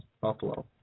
Buffalo